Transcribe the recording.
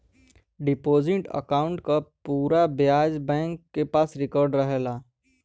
deposit account क पूरा ब्यौरा बैंक के पास रिकार्ड रहला